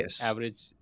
average